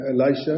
Elisha